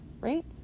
right